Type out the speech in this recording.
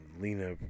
Lena